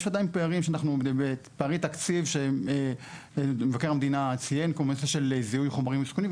יש עדיין פערי תקציב שמבקר המדינה ציין --- של זיהוי חומרים מסוכנים,